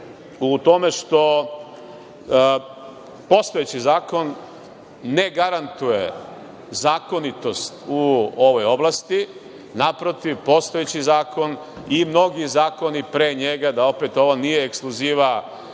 u tome što postojeći zakon ne garantuje zakonitost u ovoj oblasti. Naprotiv, postojeći zakon, i mnogi zakoni pre njega, da opet ovo nije ekskluziva